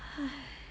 !hais!